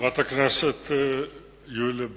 חברת הכנסת יוליה ברקוביץ,